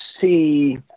see